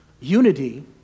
Unity